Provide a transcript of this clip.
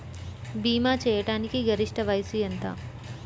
భీమా చేయాటానికి గరిష్ట వయస్సు ఎంత?